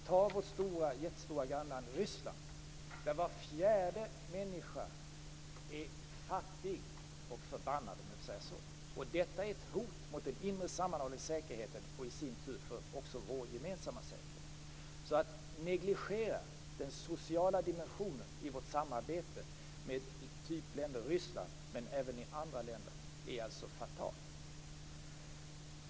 Ta som exempel vårt jättestora grannland Ryssland där var fjärde människa är fattig och förbannad, om jag får säga så. Detta är ett hot mot den inre sammanhållningen och säkerheten och i sin också för vår gemensamma säkerhet. Att negligera den sociala dimensionen i vårt samarbete med länder av typen Ryssland men även andra länder är fatalt.